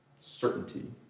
certainty